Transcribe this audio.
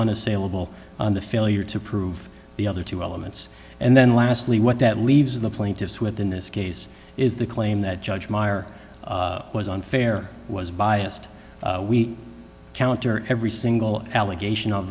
unassailable the failure to prove the other two elements and then lastly what that leaves the plaintiffs with in this case is the claim that judge meyer was unfair was biased we counter every single allegation of